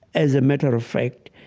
as a matter of fact,